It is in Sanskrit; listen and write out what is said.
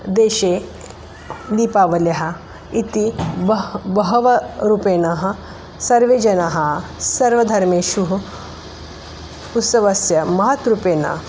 देशे दीपावल्याः इति बहु बहुरूपेणः सर्वे जनाः सर्वधर्मेषु उत्सवस्य महद्रूपेण